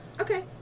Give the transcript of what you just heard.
Okay